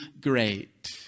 great